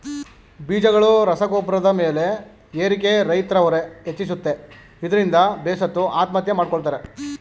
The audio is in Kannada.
ಬೀಜಗಳು ರಸಗೊಬ್ರದ್ ಬೆಲೆ ಏರಿಕೆ ರೈತ್ರ ಹೊರೆ ಹೆಚ್ಚಿಸುತ್ತೆ ಇದ್ರಿಂದ ಬೇಸತ್ತು ಆತ್ಮಹತ್ಯೆ ಮಾಡ್ಕೋತಾರೆ